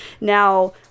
now